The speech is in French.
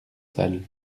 salle